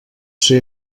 ser